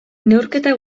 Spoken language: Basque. neurketa